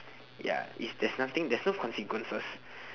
ya it's there's nothing there's no consequences